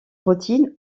routines